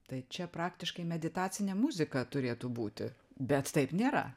tai čia praktiškai meditacinė muzika turėtų būti bet taip nėra